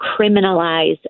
criminalize